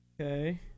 Okay